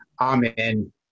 Amen